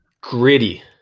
gritty